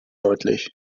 deutlich